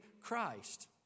Christ